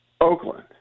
Oakland